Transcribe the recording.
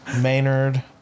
Maynard